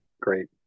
Great